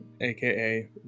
aka